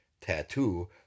tattoo